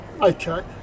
Okay